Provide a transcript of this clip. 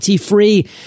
Free